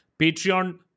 Patreon